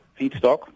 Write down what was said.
feedstock